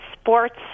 sports